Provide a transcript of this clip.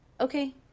Okay